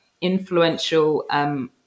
influential